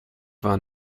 war